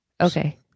Okay